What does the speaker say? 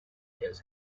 has